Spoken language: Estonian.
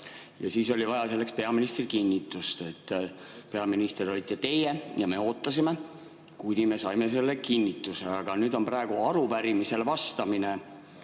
ja siis oli vaja selleks peaministri kinnitust. Peaminister olite teie ja me ootasime, kuni me saime selle kinnituse. Nüüd on arupärimisele vastamine.